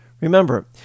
Remember